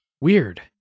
Weird